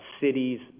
cities